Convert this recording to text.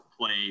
play